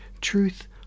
truth